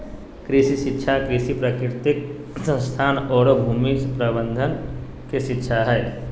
कृषि शिक्षा कृषि, प्राकृतिक संसाधन औरो भूमि प्रबंधन के शिक्षा हइ